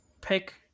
pick